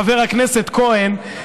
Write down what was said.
חבר הכנסת כהן,